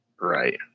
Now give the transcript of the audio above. Right